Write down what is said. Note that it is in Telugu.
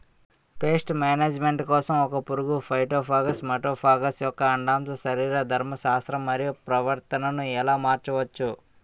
పేస్ట్ మేనేజ్మెంట్ కోసం ఒక పురుగు ఫైటోఫాగస్హె మటోఫాగస్ యెక్క అండాశయ శరీరధర్మ శాస్త్రం మరియు ప్రవర్తనను ఎలా మార్చచ్చు?